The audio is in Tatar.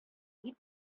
дип